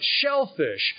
shellfish